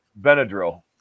Benadryl